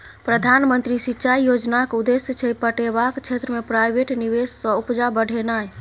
प्रधानमंत्री सिंचाई योजनाक उद्देश्य छै पटेबाक क्षेत्र मे प्राइवेट निबेश सँ उपजा बढ़ेनाइ